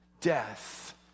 death